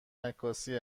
عکاسی